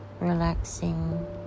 relaxing